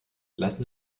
lassen